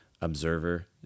observer